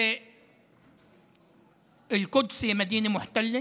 (אומר בערבית: שירושלים היא עיר כבושה.)